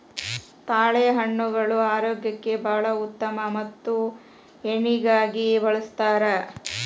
ತಾಳೆಹಣ್ಣುಗಳು ಆರೋಗ್ಯಕ್ಕೆ ಬಾಳ ಉತ್ತಮ ಮತ್ತ ಎಣ್ಣಿಗಾಗಿ ಬಳ್ಸತಾರ